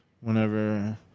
whenever